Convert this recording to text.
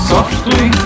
Softly